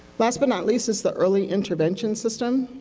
last but not least is the early intervention system.